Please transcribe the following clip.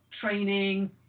training